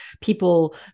people